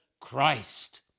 Christ